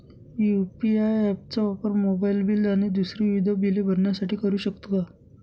UPI app चा वापर mobile bill आणि दुसरी विविध बिले भरण्यासाठी करू शकतो का?